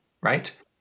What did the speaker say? Right